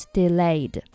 delayed